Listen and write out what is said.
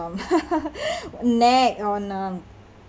nag on a